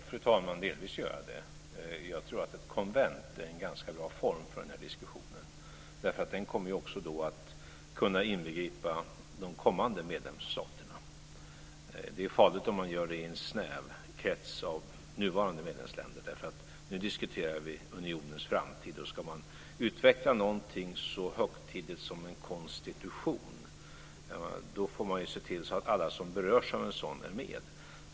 Fru talman! Ja, delvis gör jag det. Jag tror att ett konvent är en ganska bra form för den här diskussionen därför att den kommer då också att kunna inbegripa de kommande medlemsstaterna. Det är farligt om man gör det här i en snäv krets av nuvarande medlemsländer. Nu diskuterar vi nämligen unionens framtid, och om man ska utveckla någonting så högtidligt som en konstitution får man se till att alla som berörs av en sådan är med.